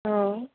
অঁ